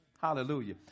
Hallelujah